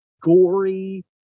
gory